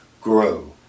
grow